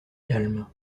calme